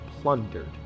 plundered